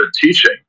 teaching